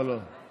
לא, לא.